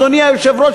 אדוני היושב-ראש,